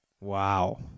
Wow